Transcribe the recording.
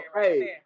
hey